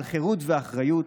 על חירות ואחריות,